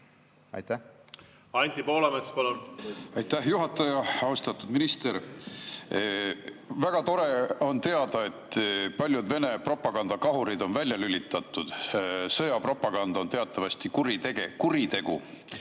Aitäh, juhataja! Austatud minister! Väga tore on teada, et paljud Vene propagandakahurid on välja lülitatud. Sõjapropaganda on teatavasti kuritegu meie